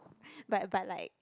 but but like